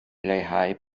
leihau